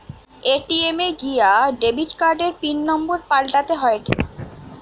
ATM এ গিয়া debit কার্ডের পিন নম্বর পাল্টাতে হয়েটে